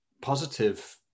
positive